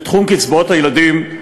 בתחום קצבאות הילדים,